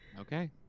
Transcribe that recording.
okay